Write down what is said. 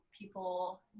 people